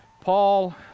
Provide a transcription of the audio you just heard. Paul